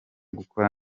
gukora